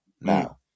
now